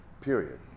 Period